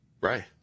Right